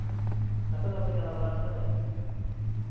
ᱟᱯᱮ ᱵᱟᱯᱮ ᱪᱟᱞᱟᱣ ᱵᱟᱲᱟᱜ ᱛᱮ